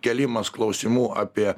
kėlimas klausimų apie